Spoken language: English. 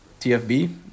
TFB